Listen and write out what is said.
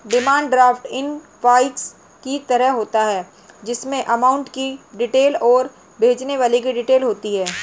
demand draft invoice की तरह होता है जिसमे अमाउंट की डिटेल और भेजने वाले की डिटेल होती है